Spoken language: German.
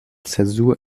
zäsur